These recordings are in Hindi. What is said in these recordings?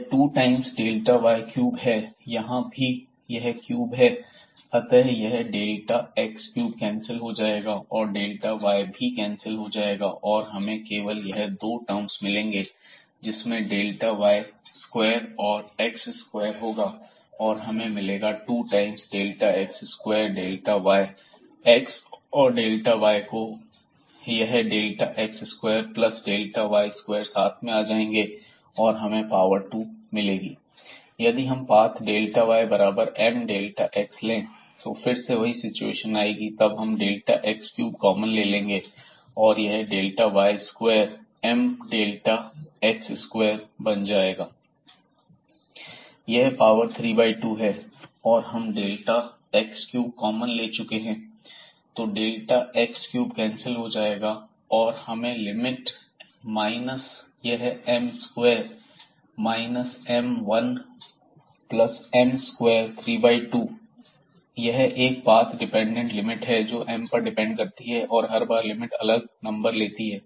यह two times delta y cube है यहां भी यह क्यूब है अतः यह डेल्टा x क्यूब कैंसिल हो जाएगा और डेल्टा y भी कैंसिल हो जाएगा और हमें केवल यह दो टर्मस मिलेंगे जिसमें डेल्टा y स्क्वायर और x स्क्वायर होगा और हमें मिलेगा two times delta x square delta y delta x और डेल्टा y को है यह delta x square plus delta y square साथ में आ जाएंगे और हमें यह पावर मिलेगी 32 1x2y2x32y3x2y2 x2Δy Δρ→0 ΔxΔy2 2Δx2ΔyΔx2Δy232 यदि हम पाथ डेल्टा y बराबर m डेल्टा x ले तब फिर से वही सिचुएशन आएगी तब हम डेल्टा x क्यूब कॉमन ले लेंगे और यह delta y square m delta x square बन जाएगा पाथ ymΔx के अलौंग m2 2m1m232 यह पावर 32 है और हम डेल्टा x क्यूब कॉमन ले चुके हैं तो डेल्टा x क्यूब कैंसिल हो जाएगा और हमें लिमिट माइनस यह m square minus m one plus m square 32 यह एक पाथ डिपेंडेंट लिमिट है जोकि m पर डिपेंड करती है और हर बार लिमिट एक अलग नंबर लेती है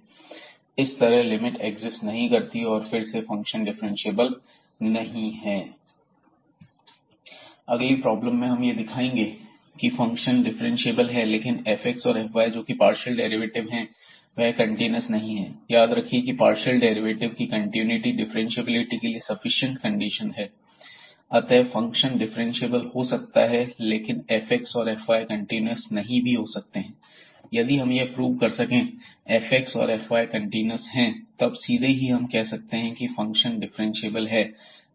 इस तरह लिमिट एक्सिस्ट नहीं करती है और फिर से फंक्शन डिफरेंशिएबल नहीं है अगली प्रॉब्लम में हम यह दिखाएंगे कि फंक्शन डिफरेंशिएबल है लेकिन fx और fy जो कि पार्शियल डेरिवेटिव हैं वह कंटीन्यूअस नहीं है याद रखिए की पार्शियल डेरिवेटिव्स की कंटीन्यूटी डिफ्रेंशिएबिलिटी के लिए सफिशिएंट कंडीशन है अतः फंक्शन डिफरेंशिएबल हो सकता है लेकिन fx और fy कंटीन्यूअस नहीं भी हो सकते हैं यदि हम यह प्रूव कर सकें fx और fy कंटीन्यूअस हैं तब सीधे ही हम कह सकते हैं कि फंक्शन डिफरेंशिएबल है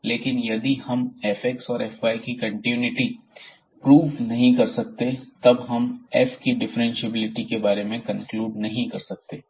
लेकिन यदि हम fx और fy की कंटीन्यूटी यूनिटी प्रूव नहीं कर सकते तब हम f की डिफ्रेंशिएबिलिटी के बारे में कंक्लूड नहीं कर सकते